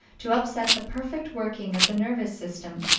to upset the perfect working of the nervous system.